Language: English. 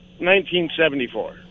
1974